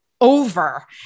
over